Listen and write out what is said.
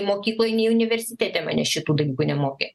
mokykloj nei universitete manęs šitų dalykų nemokė